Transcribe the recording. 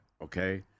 okay